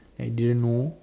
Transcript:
I didn't know